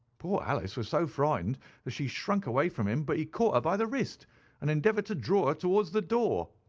poor alice was so frightened that she shrunk away from him, but he caught her by the wrist and endeavoured to draw her towards the door.